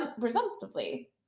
presumptively